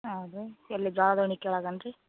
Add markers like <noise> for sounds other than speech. ಹೌದಾ ಎಲ್ಲಿ <unintelligible> ಕೆಳಗೇನ್ ರೀ